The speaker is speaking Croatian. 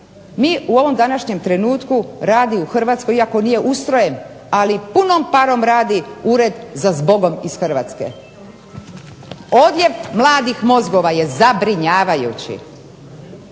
mi u ovom današnjem trenutku radi u Hrvatskoj iako nije ustrojen ali punom parom radi ured za zbogom iz Hrvatske. Odljev mladih mozgova je zabrinjavajući.